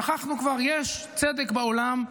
שכחנו כבר: יש צדק בעולם,